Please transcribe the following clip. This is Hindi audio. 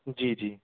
जी जी